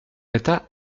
état